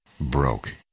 broke